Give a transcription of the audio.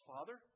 Father